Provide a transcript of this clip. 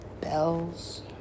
bells